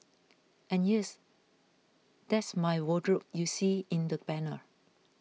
and yes that's my wardrobe you see in the banner